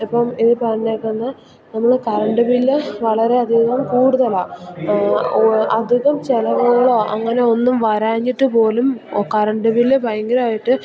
ഇപ്പം ഈ പറഞ്ഞിരിക്കുന്ന നമ്മളെ കറണ്ടു ബില്ല് വളരെയധികം കൂടുതലാണ് അധികം ചിലവുകളോ അങ്ങനെയൊന്നും വരാഞ്ഞിട്ടുപോലും കറണ്ടു ബില്ല് ഭയങ്കരമായിട്ട്